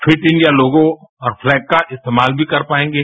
fit India logo और flag का इस्तेमाल भी कर पाएंगे